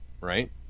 Right